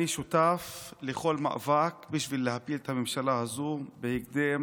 אני שותף לכל מאבק בשביל להפיל את הממשלה הזו בהקדם